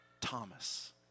Thomas